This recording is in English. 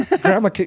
Grandma